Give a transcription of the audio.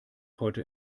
heute